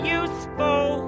useful